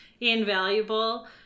invaluable